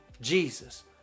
Jesus